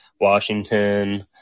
Washington